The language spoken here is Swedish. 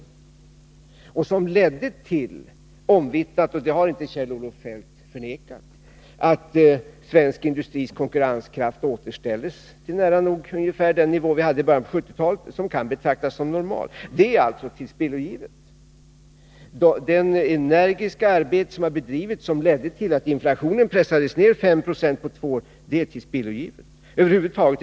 Dessa åtgärder ledde till — det är omvittnat, och det har inte heller Kjell-Olof Feldt förnekat — att svensk industris konkurrenskraft återställdes till nära nog den nivå den hade i början på 1970-talet och som kan betraktas som normal. Det energiska arbete som bedrevs och som ledde till att inflationen pressades ned 5 96 på två år är tillspillogivet.